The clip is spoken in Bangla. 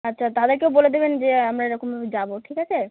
আচ্ছা তাদেরকেও বলে দেবেন যে আমরা এরকমভাবে যাবো ঠিক আছে